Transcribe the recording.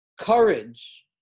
courage